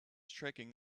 tricking